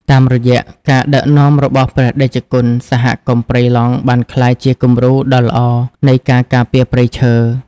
តាមរយៈការដឹកនាំរបស់ព្រះតេជគុណ សហគមន៍ព្រៃឡង់បានក្លាយជាគំរូដ៏ល្អនៃការការពារព្រៃឈើ។